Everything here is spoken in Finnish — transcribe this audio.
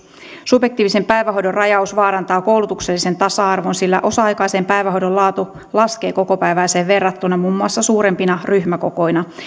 subjektiivisen päivähoidon rajaus vaarantaa koulutuksellisen tasa arvon sillä osa aikaisen päivähoidon laatu laskee kokopäiväiseen verrattuna muun muassa suurempina ryhmäkokoina